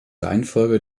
reihenfolge